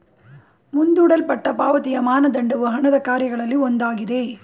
ಮುಂದೂಡಲ್ಪಟ್ಟ ಪಾವತಿಯ ಮಾನದಂಡವು ಹಣದ ಕಾರ್ಯಗಳಲ್ಲಿ ಒಂದಾಗಿದೆ